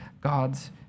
God's